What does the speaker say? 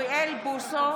אוריאל בוסו,